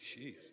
Jeez